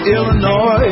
Illinois